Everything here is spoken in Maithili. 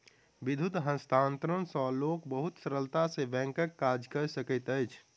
विद्युत हस्तांतरण सॅ लोक बहुत सरलता सॅ बैंकक काज कय सकैत अछि